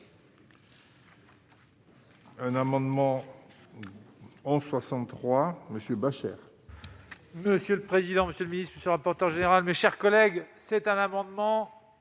Un amendement en 63 monsieur Beuchere. Monsieur le président, Monsieur le Ministre je ce rapporteur général, mes chers collègues, c'est un amendement